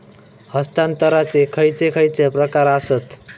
हस्तांतराचे खयचे खयचे प्रकार आसत?